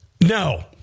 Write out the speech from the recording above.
no